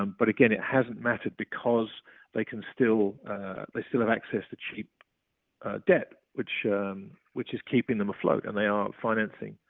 um but again, it hasn't mattered, because they can still they still have access to cheap debt, which which is keeping them afloat. and they are financing.